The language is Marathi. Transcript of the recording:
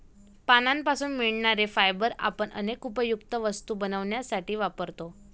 पानांपासून मिळणारे फायबर आपण अनेक उपयुक्त वस्तू बनवण्यासाठी वापरतो